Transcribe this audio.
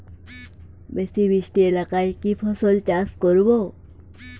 বেশি বৃষ্টি এলাকায় কি ফসল চাষ করব?